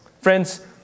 Friends